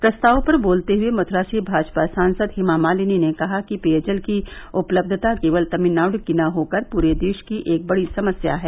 प्रस्ताव पर बोलते हुए मथ्रा से भाजपा सदस्य हेमा मालिनी ने कहा कि पेयजल की उपलब्धता केवल तमिलनाड् की न होकर पूरे देश की एक बड़ी समस्या है